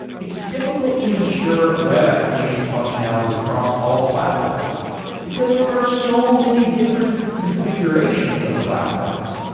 it's difficult to ensure web application functionality across all platforms because there are so many different configurations of platforms.